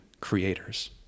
creators